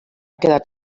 quedat